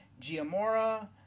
giamora